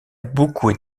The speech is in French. beaucoup